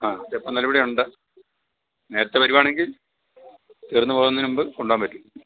ആ എപ്പം വന്നാലും ഇവിടെ ഉണ്ട് നേരത്തെ വരികയാണെങ്കിൽ തീർന്നു പോകുന്നതിന് മുൻപ് കൊണ്ടുപോകാൻ പറ്റും